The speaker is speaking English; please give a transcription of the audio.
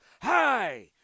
Hi